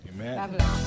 Amen